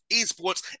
esports